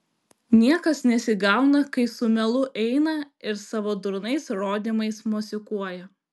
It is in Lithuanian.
niekas nesigauna kai su melu eina ir savo durnais rodymais mosikuoja